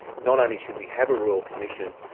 not only should we have a royal commission,